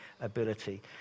ability